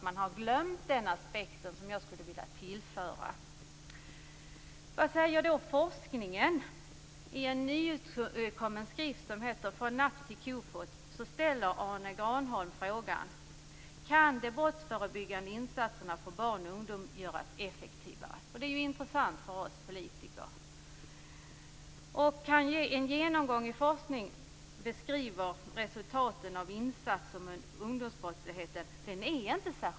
Man har glömt den aspekt som jag vill tillföra. Vad säger då forskningen? I den nyutkomna skriften Från napp till kofot ställer Arne Granholm frågan: Kan de brottsförebyggande insatserna för barn och ungdom göras effektivare? Det är intressant för oss politiker. Det finns inte någon särskilt omfattande forskning som beskriver resultaten av insatser mot ungdomsbrottslighet.